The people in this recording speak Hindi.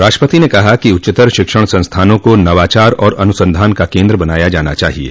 राष्ट्रपति ने कहा कि उच्चतर शिक्षण संस्थानों को नवाचार और अनुसंधान का केन्द्र बनाया जाना चाहिये